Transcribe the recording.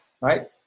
right